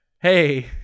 Hey